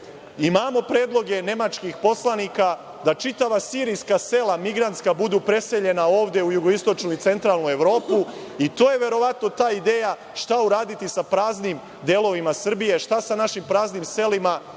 imamo predloge nemačkih poslanika da čitava sirijska sela migrantska budu preseljena ovde u jugoistočnu i centralnu Evropu. To je verovatno ta ideja šta uraditi sa praznim delovima Srbije, šta sa našim praznim selima.